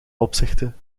opzichte